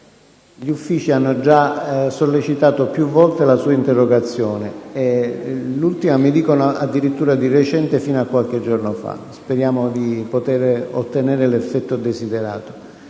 gli uffici hanno giasollecitato piu volte la sua interrogazione, l’ultima volta – mi dicono – addirittura di recente, fino a qualche giorno fa. Speriamo di poter ottenere l’effetto desiderato.